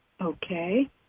Okay